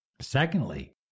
Secondly